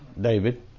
David